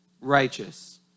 righteous